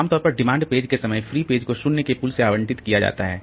आम तौर पर डिमांड पेज के समय फ्री पेज को 0 के पूल से आवंटित किया जाता है